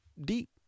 deep